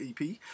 EP